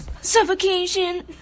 Suffocation